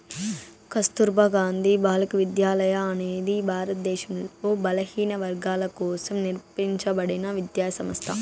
కస్తుర్బా గాంధీ బాలికా విద్యాలయ అనేది భారతదేశంలో బలహీనవర్గాల కోసం నిర్మింపబడిన విద్యా సంస్థ